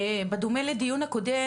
בדומה לדיון הקודם,